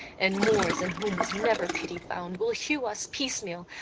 and moors, in whom was never pity found, will hew us piecemeal,